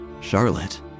Charlotte